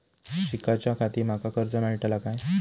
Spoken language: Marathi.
शिकाच्याखाती माका कर्ज मेलतळा काय?